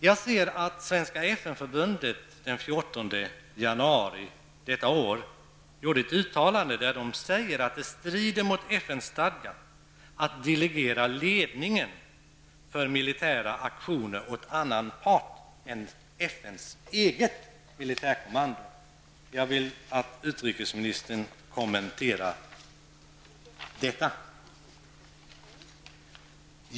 Jag ser att svenska FN-förbundet den 14 januari i år gjorde ett uttalande där man säger att det strider mot FN-stadgan att delegera ledningen för militära aktioner till annan part än FNs eget militärkommando. Jag vill att utrikesministern kommenterar detta.